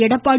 Edappadi